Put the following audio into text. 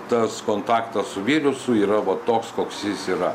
tas kontaktas su virusu yra va toks koks jis yra